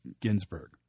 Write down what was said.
Ginsburg